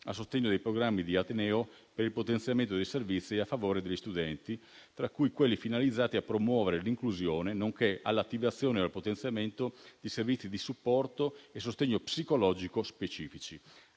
a sostegno dei programmi di ateneo per il potenziamento dei servizi a favore degli studenti, tra cui quelli finalizzati a promuovere l'inclusione, nonché all'attivazione e al potenziamento di servizi di supporto e sostegno psicologico specifici.